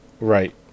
right